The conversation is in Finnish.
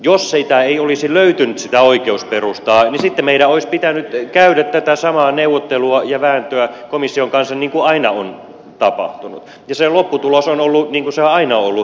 jos ei olisi löytynyt sitä oikeusperustaa niin sitten meidän olisi pitänyt käydä tätä samaa neuvottelua ja vääntöä komission kanssa niin kuin aina on tapahtunut ja sen lopputulos on ollut niin kuin se on aina ollut hyvin epävarma